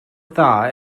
dda